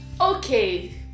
Okay